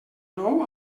nou